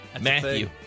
matthew